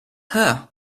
her